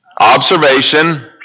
observation